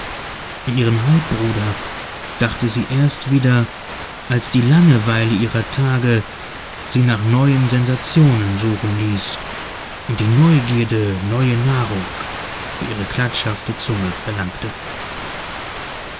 an ihren halbbruder dachte sie erst wieder als die langeweile ihrer tage sie nach neuen sensationen suchen ließ und die neugierde neue nahrung für ihre klatschhafte zunge verlangte